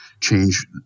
change